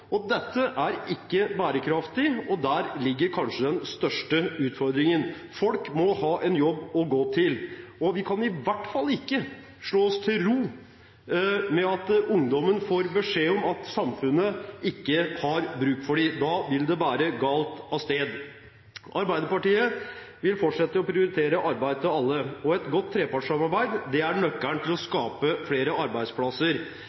Østfold. Dette er ikke bærekraftig, og der ligger kanskje den største utfordringen. Folk må ha en jobb å gå til. Vi kan i hvert fall ikke slå oss til ro med at ungdommen får beskjed om at samfunnet ikke har bruk for dem. Da vil det bære galt av sted. Arbeiderpartiet vil fortsette å prioritere arbeid til alle. Et godt trepartssamarbeid er nøkkelen til å